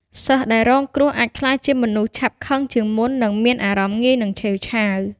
សិស្សដែលរងគ្រោះអាចក្លាយជាមនុស្ស ឆាប់ខឹង ជាងមុន និងមានអារម្មណ៍ងាយនឹងឆេវឆាវ។